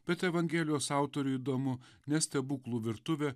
bet evangelijos autoriui įdomu ne stebuklų virtuvė